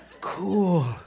Cool